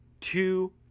two